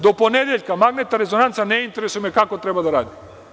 Do ponedeljka magnetna rezonanca, ne interesuje me kako, treba da radi.